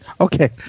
Okay